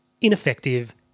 ineffective